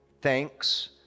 thanks